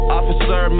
Officer